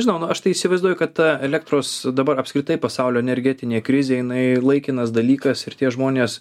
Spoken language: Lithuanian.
nežinau nu aš tai įsivaizduoju kad ta elektros dabar apskritai pasaulio energetinė krizė jinai laikinas dalykas ir tie žmonės